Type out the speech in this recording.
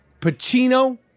Pacino